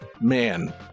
man